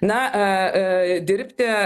na dirbti